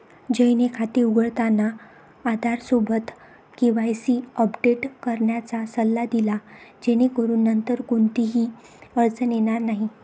जयने खाते उघडताना आधारसोबत केवायसी अपडेट करण्याचा सल्ला दिला जेणेकरून नंतर कोणतीही अडचण येणार नाही